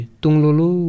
tunglulu